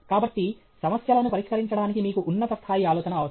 కాబట్టి సమస్యలను పరిష్కరించడానికి మీకు ఉన్నత స్థాయి ఆలోచన అవసరం